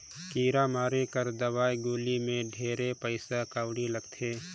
कीरा मारे कर दवई गोली मे ढेरे पइसा कउड़ी लगथे